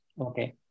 Okay